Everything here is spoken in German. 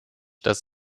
das